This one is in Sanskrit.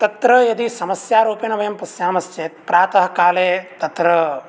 तत्र यदि समस्यारूपेण वयं पस्यामश्चेत् प्रातःकाले तत्र